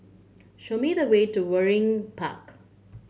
show me the way to Waringin Park